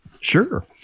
Sure